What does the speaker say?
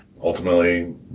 Ultimately